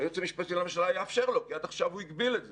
היועץ המשפטי לממשלה יאפשר לו כי עד עכשיו הוא הגביל את זה.